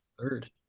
third